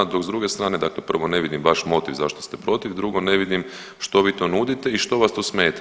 Dok s druge strane, dakle prvo ne vidim vaš motiv zašto ste protiv, drugo ne vidim što vi to nudite i što vas to smeta.